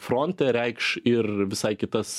fronte reikš ir visai kitas